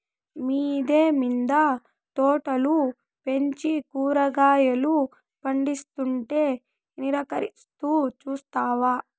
మిద్దె మింద తోటలు పెంచి కూరగాయలు పందిస్తుంటే నిరాకరిస్తూ చూస్తావా